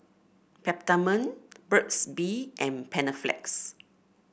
Peptamen Burt's Bee and Panaflex